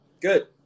good